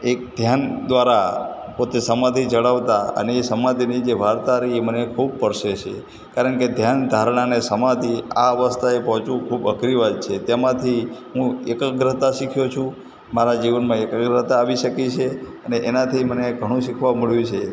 એક ધ્યાન દ્વારા પોતે સમાધી જાળવતા અને એ સમાધીની જે વાર્તા રહી એ મને ખૂબ સ્પર્શે છે કારણ કે ધ્યાન ધારણા અને સમાધી આ અવસ્થાએ પહોંચવું ખૂબ અઘરી વાત છે તેમાંથી હું એકાગ્રતા શીખ્યો છું મારા જીવનમાં એકાગ્રતા આવી શકી છે અને એનાથી મને ઘણું શીખવા મળ્યું છે